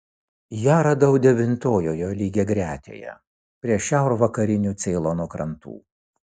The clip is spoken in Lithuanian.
ją radau devintojoje lygiagretėje prie šiaurvakarinių ceilono krantų